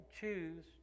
choose